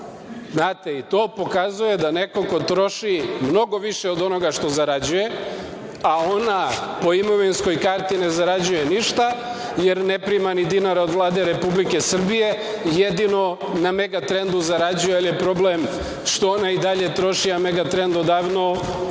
Znate, to pokazuje da neko ko troši mnogo više onoga što zarađuje, a ona po imovinskoj karti ne zarađuje ništa, jer ne prima ni dinara od Vlade Republike Srbije, jedino na Megatrendu zarađuje, ali je problem što i ona i dalje troši, a Megatrend odavno ne